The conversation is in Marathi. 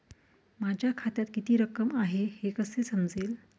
माझ्या खात्यात किती रक्कम आहे हे कसे समजेल?